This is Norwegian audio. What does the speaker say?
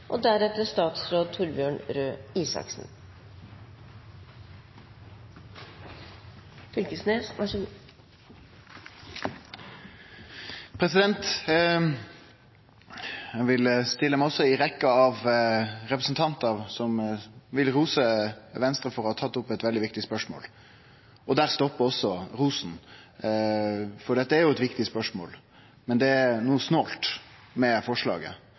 vil rose Venstre for å ha tatt opp eit veldig viktig spørsmål. Men der stoppar også rosen. Dette er jo eit viktig spørsmål, men det er noko snålt med forslaget,